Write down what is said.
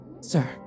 sir